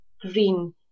green